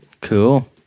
Cool